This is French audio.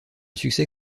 succès